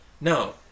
No